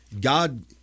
God